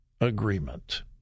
agreement